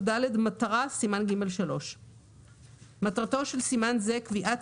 מטרה סימן ג'3 14כד. מטרתו של סימן זה קביעת